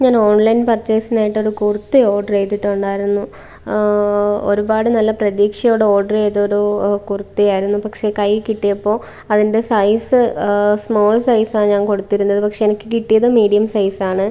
ഞാൻ ഓൺലൈൻ പർച്ചേസിനായിട്ട് ഒരു കുർത്ത ഓർഡർ ചെയ്തിട്ടുണ്ടായിരുന്നു ഒരുപാടു നല്ല പ്രതീക്ഷയോടെ ഓർഡർ ചെയ്തൊരു കുർത്തയായിരുന്നു പക്ഷെ കയ്യിൽ കിട്ടിയപ്പോൾ അതിൻ്റെ സൈസ് സ്മോൾ സൈസാണ് ഞാൻ കൊടുത്തിരുന്നത് പക്ഷെ എനിക്ക് കിട്ടിയത് മീഡിയം സൈസാണ്